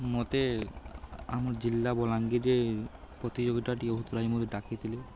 ମତେ ଆମର୍ ଜିଲ୍ଲା ବଲାଙ୍ଗୀର୍ରେ ପ୍ରତିଯୋଗିତାଟେ ହଉଥିଲା ଯେ ମତେ ଡାକିଥିଲେ